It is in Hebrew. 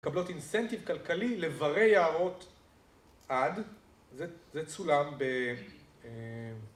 מקבלות אינסטנטיב כלכלי לברא יערות עד, זה צולם ב...